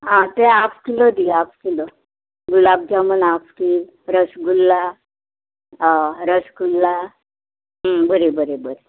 आं तें half kilo दी half kilo gulab jamun half kilo rasgulla हय रसगुल्ला बरें बरें बरें